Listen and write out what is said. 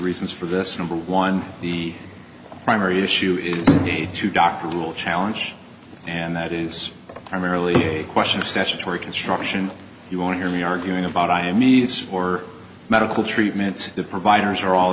reasons for this number one the primary issue is a need to doctor will challenge and that is primarily a question of statutory construction you want to hear me arguing about i am nice for medical treatments the providers are all